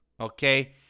Okay